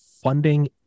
funding